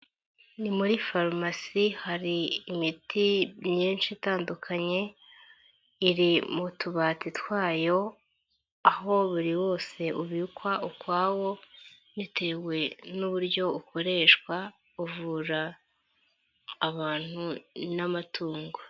Ni muri farumasi hari imiti myinshi itandukanye, iri mu tubati twayo aho buri wose ubikwa ukwawo bitewe n'uburyo ukoreshwa uvura abantu n'amatungo.